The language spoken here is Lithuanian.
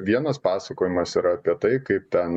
vienas pasakojimas yra apie tai kaip ten